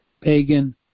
pagan